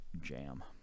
jam